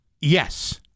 Yes